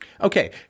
Okay